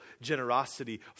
generosity